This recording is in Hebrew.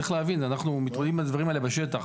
צריך להבין, אנחנו מתמודדים עם הדברים האלה בשטח.